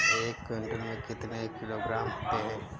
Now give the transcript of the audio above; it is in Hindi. एक क्विंटल में कितने किलोग्राम होते हैं?